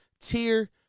tier